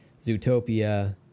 Zootopia